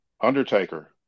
Undertaker